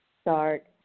start